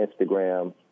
Instagram